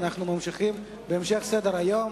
אנחנו ממשיכים בסדר-היום.